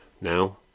Now